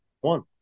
One